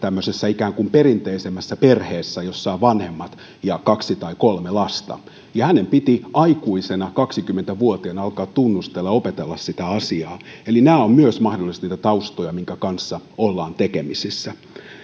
ikään kuin perinteisemmässä perheessä jossa on vanhemmat ja kaksi tai kolme lasta ja hänen piti aikuisena kaksikymmentä vuotiaana alkaa tunnustella opetella sitä asiaa eli nämä ovat myös mahdollisesti niitä taustoja joiden kanssa ollaan tekemisissä